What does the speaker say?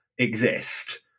Exist